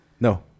No